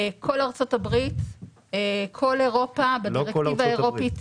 כל ארצות הברית, כל אירופה, בדירקטיבה האירופאית